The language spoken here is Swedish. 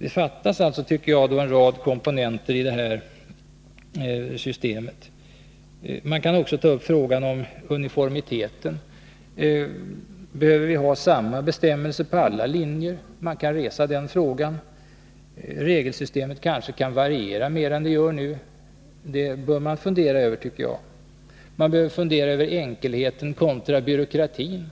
Det saknas alltså en rad komponenter i hela detta system. Man kan också ta upp frågan om uniformiteten. En fråga som kan resas är om vi behöver ha samma bestämmelser på alla linjer. Jag tycker man behöver fundera över om regelsystemet kanske kan variera mer än nu. En annan sak att fundera över är enkelheten kontra byråkratin.